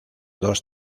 dos